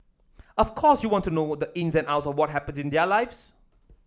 of course you want to know the ins and outs of what happens in their lives